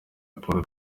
paul